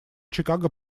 чикаго